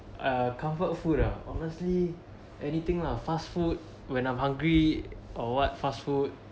a comfort food ah obviously anything ah fast food when I'm hungry or what fast food